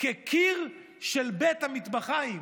כקיר של בית המטבחיים,